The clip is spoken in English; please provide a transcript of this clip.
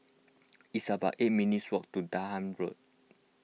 it's about eight minutes' walk to Durham Road